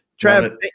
Trav